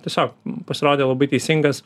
tiesiog pasirodė labai teisingas